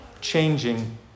changing